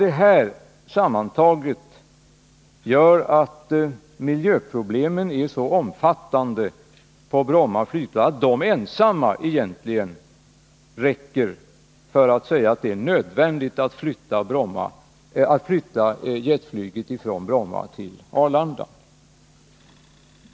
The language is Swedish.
Detta sammantaget gör att miljöproblemen på Bromma är så omfattande att de ensamma egentligen räcker för att man skall kunna säga att det är nödvändigt att flytta jetflyget från Bromma till Arlanda.